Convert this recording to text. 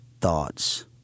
thoughts